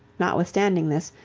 notwithstanding this,